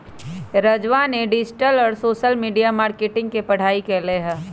राजवा ने डिजिटल और सोशल मीडिया मार्केटिंग के पढ़ाई कईले है